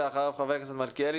ואחריו חבר הכנסת מלכיאלי,